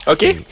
Okay